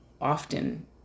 often